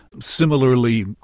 similarly